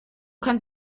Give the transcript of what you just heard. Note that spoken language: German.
kann